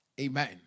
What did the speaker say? Amen